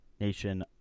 nation